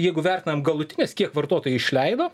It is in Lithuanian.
jeigu vertinam galutinis kiek vartotojai išleido